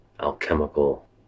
alchemical